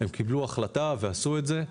הם קיבלו החלטה ועשו את זה.